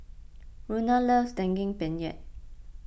Rona loves Daging Penyet